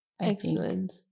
excellent